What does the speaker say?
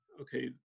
okay